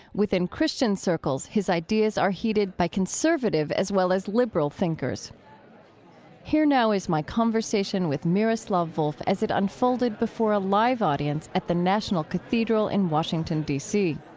within christian circles, his ideas are heeded by conservative as well as liberal thinkers here now is my conversation with miroslav volf as it unfolded before a live audience at the national cathedral in washington, dc